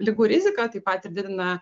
ligų riziką taip pat ir didina